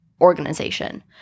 organization